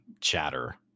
chatter